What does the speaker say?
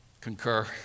concur